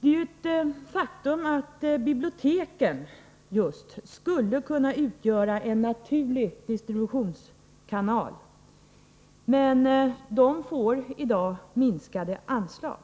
Det är ju ett faktum att biblioteken just skulle kunna utgöra en naturlig distributionskanal. Men de får i dag minskade anslag.